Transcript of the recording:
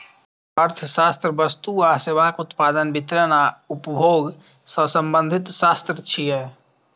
अर्थशास्त्र वस्तु आ सेवाक उत्पादन, वितरण आ उपभोग सं संबंधित शास्त्र छियै